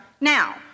now